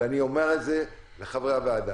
אבל אני אומר את זה לחברי הוועדה.